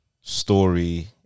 Story